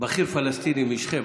בכיר פלסטיני משכם,